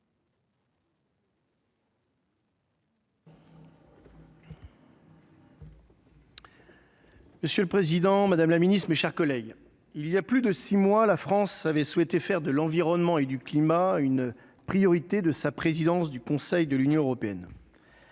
Monsieur le Président, Madame la Ministre, mes chers collègues, il y a plus de 6 mois, la France avait souhaité faire de l'environnement et du climat, une priorité de sa présidence du Conseil de l'Union européenne.